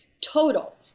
total